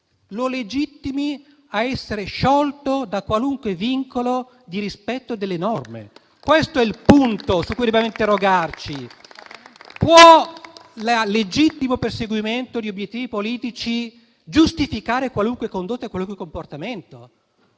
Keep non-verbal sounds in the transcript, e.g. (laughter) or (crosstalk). lo legittimi a essere sciolto da qualunque vincolo di rispetto delle norme. (applause) Questo è il punto su cui dobbiamo interrogarci: può il legittimo perseguimento di obiettivi politici giustificare qualunque condotta e qualunque comportamento?